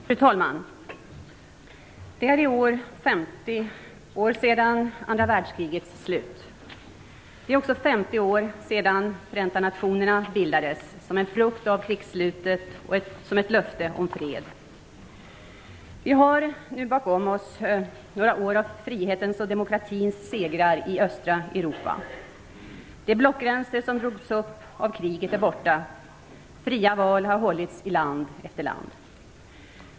Fru talman! Det är i år 50 år sedan andra världskrigets slut. Det är också 50 år sedan Förenta nationerna bildades, som en frukt av krigsslutet, som ett löfte om fred. Vi har nu bakom oss några år av frihetens och demokratins segrar i östra Europa. De blockgränser som drogs upp av kriget är borta. Fria val har hållits i land efter land.